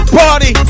party